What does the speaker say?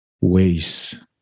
ways